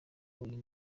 uyu